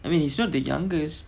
I mean he's not the youngest